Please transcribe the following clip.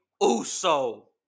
Uso